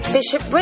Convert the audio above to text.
Bishop